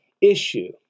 issue